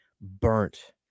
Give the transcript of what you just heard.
burnt